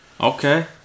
Okay